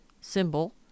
symbol